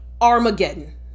Armageddon